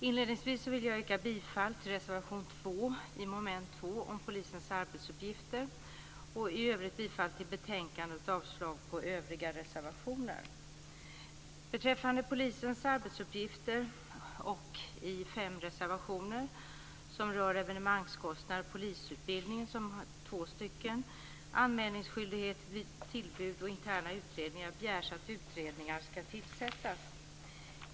Inledningsvis vill jag yrka bifall till reservation 2 Beträffande polisens arbetsuppgifter och i fem reservationer som rör evenemangskostnader och polisutbildningen och två reservationer om anmälningsskyldighet vid tillbud och frågan om interna utredningar begärs att utredningar ska tillsättas.